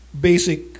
basic